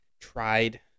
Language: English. tried